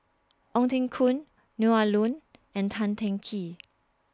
Ong Teng Koon Neo Ah Luan and Tan Teng Kee